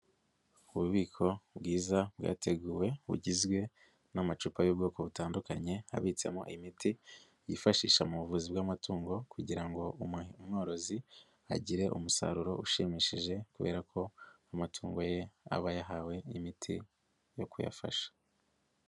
Ububiko bwiza bwateguwe bugizwe n'amacupa y'ubwoko butandukanye, abitsemo imiti yifashisha mu buvuzi bw'amatungo kugira ngo umworozi agire umusaruro ushimishije kubera ko amatungo ye aba yahawe imiti yo kuyafasha.